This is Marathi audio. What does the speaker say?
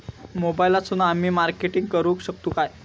मोबाईलातसून आमी मार्केटिंग करूक शकतू काय?